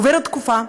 עוברת תקופה,